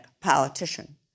politician